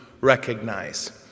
recognize